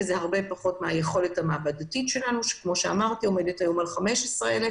זה הרבה פחות מהיכולת המעבדתית שלנו שכמו שאמרתי עומדת היום על 15,000,